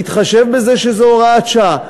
בהתחשב בזה שזה הוראת שעה,